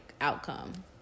outcome